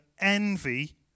envy